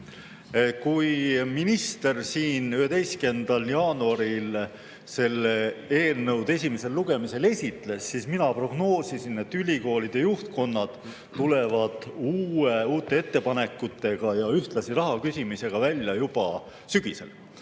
Kui minister siin 11. jaanuaril seda eelnõu esimesel lugemisel esitles, siis mina prognoosisin, et ülikoolide juhtkonnad tulevad uute ettepanekutega ja ühtlasi raha küsimisega välja sügisel.